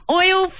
oil